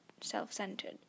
self-centered